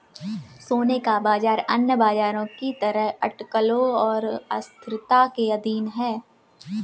सोने का बाजार अन्य बाजारों की तरह अटकलों और अस्थिरता के अधीन है